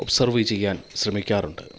observe ചെയ്യാൻ ശ്രമിക്കാറുണ്ട്